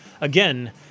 again